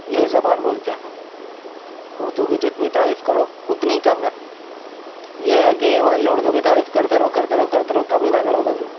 یہی زبان بولتے ہیں ہم اردو كی جتنی تعریف کرو اتنی كم ہے یہ ہے کہ مان لو اردو کی تعریف کرتے رہو کرتے رہو کرتے رہو کمی نہ کرو کبھی